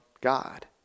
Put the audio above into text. God